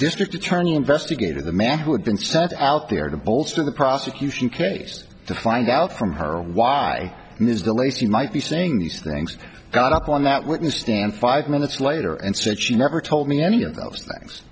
district attorney investigated the man who had been sent out there to bolster the prosecution case to find out from her own why ms de lacy might be saying these things got up on that witness stand five minutes later and said she never told me any of those things